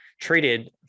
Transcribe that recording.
treated